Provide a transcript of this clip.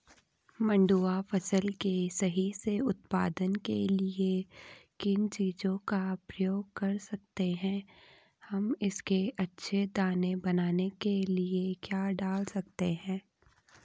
मंडुवा फसल के सही से उत्पादन के लिए किन चीज़ों का प्रयोग कर सकते हैं हम इसके अच्छे दाने बनाने के लिए क्या डाल सकते हैं?